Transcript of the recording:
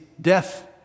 death